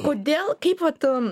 kodėl kaip vat